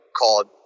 called